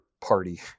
party